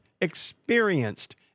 experienced